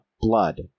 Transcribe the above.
blood